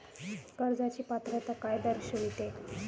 कर्जाची पात्रता काय दर्शविते?